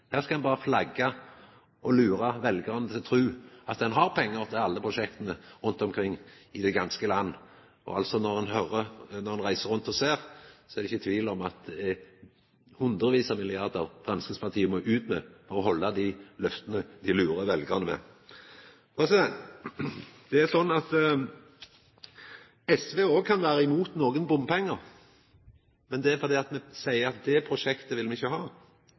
her skal ein ikkje byggja noko som helst. Her skal ein berre flagga og lura veljarane til å tru at ein har pengar til alle prosjekt rundt omkring i heile landet. Når ein reiser rundt og ser, er det ikkje tvil om at Framstegspartiet må ut med hundrevis av milliardar kroner for å halda dei løfta dei lurer veljarane med. Det er sånn at SV òg kan vera imot nokre bompengeprosjekt, men det er fordi me seier at det prosjektet vil me ikkje ha,